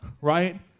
Right